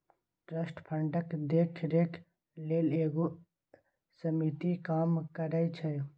trust फंडक देखरेख लेल एगो समिति काम करइ छै